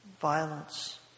violence